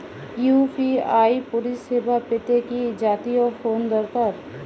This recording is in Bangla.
ইউ.পি.আই পরিসেবা পেতে কি জাতীয় ফোন দরকার?